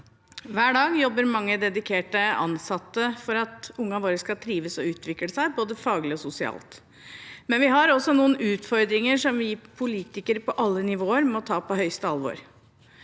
Hver dag jobber mange dedikerte ansatte for at barna våre skal trives og utvikle seg både faglig og sosialt. Samtidig har vi også noen utfordringer som vi politikere på alle nivåer må ta på høyeste alvor.